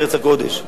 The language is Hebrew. ארץ הקודש.